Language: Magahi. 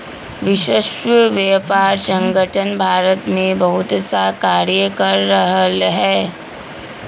विश्व व्यापार संगठन भारत में बहुतसा कार्य कर रहले है